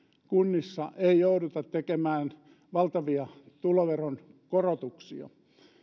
kunnissa ei jouduta tekemään valtavia tuloveron korotuksia